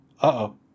uh-oh